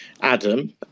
Adam